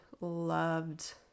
loved